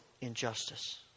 injustice